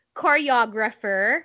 choreographer